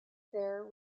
their